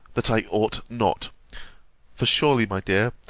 that i ought not for surely, my dear,